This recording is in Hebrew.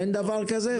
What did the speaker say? אין דבר כזה?